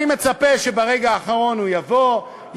אני מצפה שברגע האחרון הוא יבוא,